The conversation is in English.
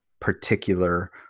particular